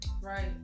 Right